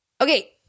Okay